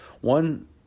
One